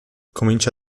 comincia